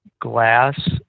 glass